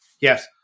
Yes